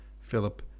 Philip